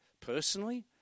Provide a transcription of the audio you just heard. personally